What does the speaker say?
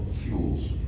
fuels